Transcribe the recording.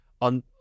on